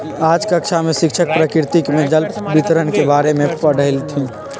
आज कक्षा में शिक्षक प्रकृति में जल वितरण के बारे में पढ़ईथीन